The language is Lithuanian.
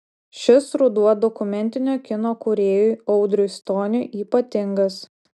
šis ruduo dokumentinio kino kūrėjui audriui stoniui ypatingas